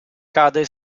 cade